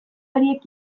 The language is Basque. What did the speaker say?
horiek